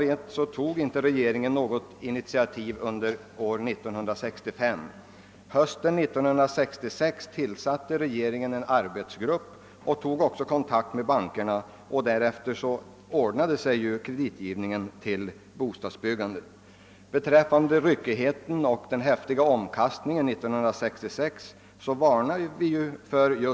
Efter vad jag vet tog regeringen inget initiativ under 1965. Hösten 1966 tillsatte regeringen en arbetsgrupp och tog då också kontakt med bankerna; därefter ordnades kreditgivningen till bostadsbyggandet. Beträffande ryckigheten och den häftiga omkastningen 1966 varnade vi härför.